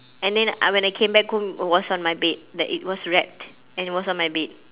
and then uh when I came back home it was on my bed like it was wrapped and it was on my bed